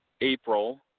April